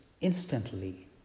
instantly